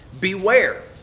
beware